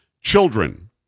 children